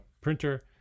printer